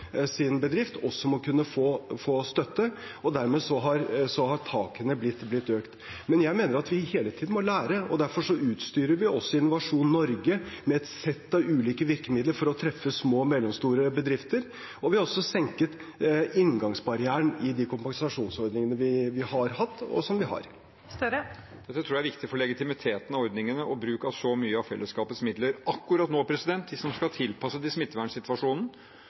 sin bedrift, må kunne få støtte, og dermed har takene blitt økt. Men jeg mener at vi hele tiden må lære, og derfor utstyrer vi også Innovasjon Norge med et sett av ulike virkemidler for å treffe små og mellomstore bedrifter. Vi har også senket inngangsbarrieren i de kompensasjonsordningene vi har hatt, og som vi har. Jonas Gahr Støre – til oppfølgingsspørsmål. Dette tror jeg er viktig for legitimiteten av ordningene og bruken av så mye av fellesskapets midler. Akkurat nå, hvis man skal tilpasse det smittevernsituasjonen,